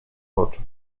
oczy